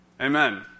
Amen